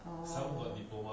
orh